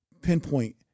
pinpoint